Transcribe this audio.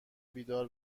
بیدار